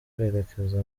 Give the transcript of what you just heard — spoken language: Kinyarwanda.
kwerekeza